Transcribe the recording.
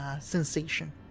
sensation